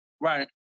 Right